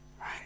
Right